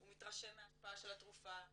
הוא מתרשם מההשפעה של התרופה,